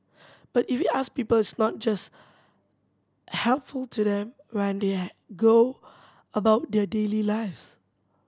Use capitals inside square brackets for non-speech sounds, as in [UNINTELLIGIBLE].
but if we ask people's not just helpful to them when they [UNINTELLIGIBLE] go about their daily lives